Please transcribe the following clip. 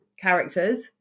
characters